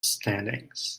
standings